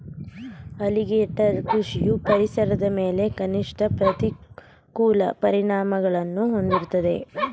alligator ಕೃಷಿಯು ಪರಿಸರದ ಮೇಲೆ ಕನಿಷ್ಠ ಪ್ರತಿಕೂಲ ಪರಿಣಾಮಗಳನ್ನು ಹೊಂದಿರ್ತದೆ